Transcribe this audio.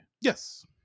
yes